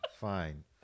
fine